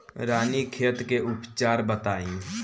रानीखेत के उपचार बताई?